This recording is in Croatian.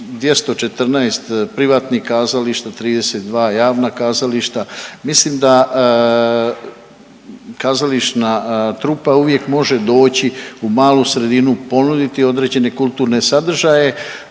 214 privatnih kazališta, 32 javna kazališta mislim da kazališna trupa uvijek može doći u malu sredinu, ponuditi određene kulturne sadržaje